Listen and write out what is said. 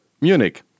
munich